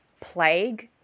plague